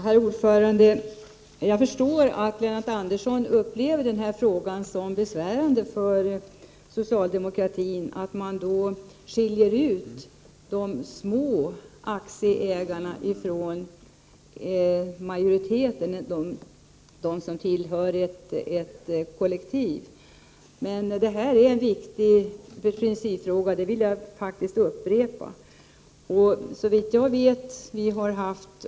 Herr talman! Jag förstår att Lennart Andersson upplever den här frågan som besvärande för socialdemokratin, att man skiljer ut de små aktieägarna ifrån majoriteten, de som tillhör ett kollektiv. Men det här är en viktig principfråga. Det vill jag faktiskt upprepa.